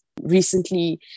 recently